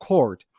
Court